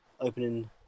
opening